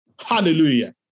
Hallelujah